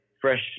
fresh